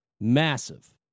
massive